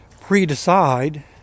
pre-decide